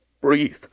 Breathe